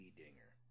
dinger